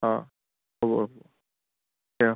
অঁ হ'ব